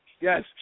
Yes